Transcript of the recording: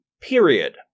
period